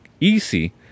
easy